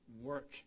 work